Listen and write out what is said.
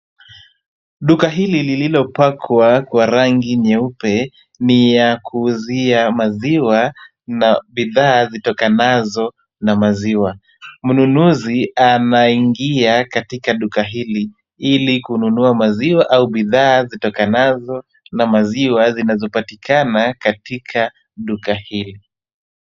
Duka hili lililopakwa kwa rangi nyeupe ni ya kuuzia maziwa na bidhaa zitokanazo na maziwa. Mnunuzi anaingia katika duka hili, ili kununua maziwa au bidhaa zitokanazo na maziwa zinazopatikana katika duka hili.